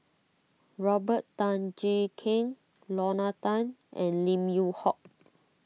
Robert Tan Jee Keng Lorna Tan and Lim Yew Hock